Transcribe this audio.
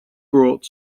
brought